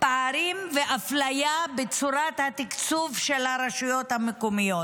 פערים ואפליה בצורת התקצוב של הרשויות המקומיות,